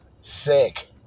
sick